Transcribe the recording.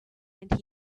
and